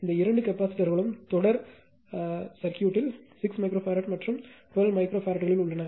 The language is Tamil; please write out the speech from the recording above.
இந்த இரண்டு கெபாசிட்டர்களும் தொடர் 6 மைக்ரோஃபாரட் மற்றும் 12 மைக்ரோஃபாரட்களில் உள்ளன